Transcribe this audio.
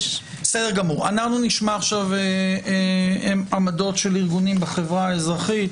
נשמע עמדות של ארגונים בחברה האזרחית.